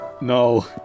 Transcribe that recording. No